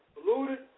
polluted